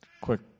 quick